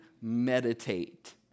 meditate